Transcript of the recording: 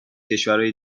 کشورهای